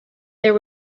there